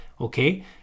okay